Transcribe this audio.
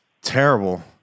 Terrible